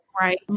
right